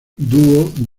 dúo